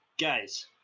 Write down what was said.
Guys